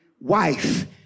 wife